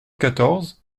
quatorze